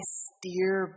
steer